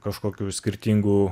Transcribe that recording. kažkokių skirtingų